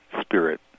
spirit